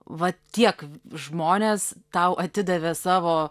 va tiek žmonės tau atidavė savo